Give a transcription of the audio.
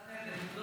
אני לא